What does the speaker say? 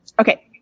Okay